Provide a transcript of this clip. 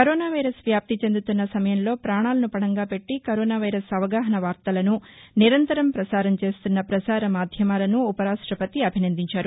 corona virus వ్యాప్తి చెందుతున్న సమయంలో పాణాలను పణంగా పెట్టి కరోనా వైరస్ అవగాహన వార్తలను నిరంతరం పసారం చేస్తున్న పసార మాధ్యమాలను ఉపర్భాష్టపతి అభినందించారు